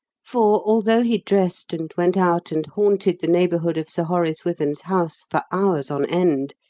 for, although he dressed and went out and haunted the neighbourhood of sir horace wyvern's house for hours on end,